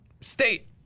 state